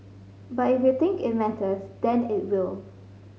but if you think it matters then it will